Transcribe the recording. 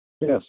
Yes